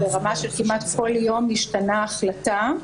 ברמה שכמעט כל יום השתנתה ההחלטה,